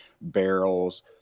barrels